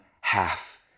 half